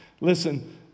listen